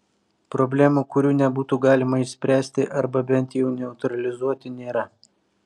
problemų kurių nebūtų galima išspręsti arba bent jau neutralizuoti nėra